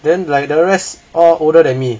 then like the rest all older than me